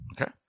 Okay